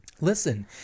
Listen